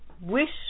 wish